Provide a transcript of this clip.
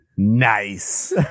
nice